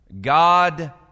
God